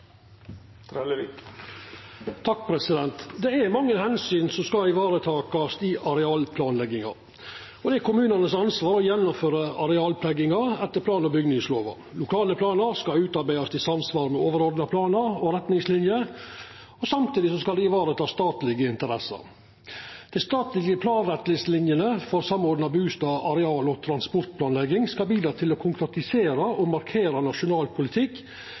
skal vareta i arealplanlegginga. Det er kommunane sitt ansvar å gjennomføra arealplanlegging etter plan- og bygningslova. Lokale planar skal utarbeidast i samsvar med overordna planar og retningsliner, og samtidig skal dei vareta statlege interesser. Dei statlege planretningslinene for samordna bustad-, areal- og transportplanlegging skal bidra til å konkretisera og markera nasjonal politikk